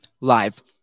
live